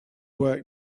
work